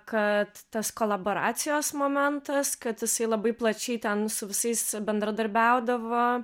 kad tas kolaboracijos momentas kad jisai labai plačiai ten su visais bendradarbiaudavo